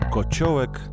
Kociołek